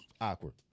awkward